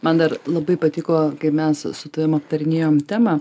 man dar labai patiko kai mes su tavim aptarinėjom temą